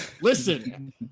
listen